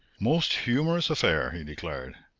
most humorous affair! he declared.